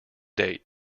date